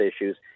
issues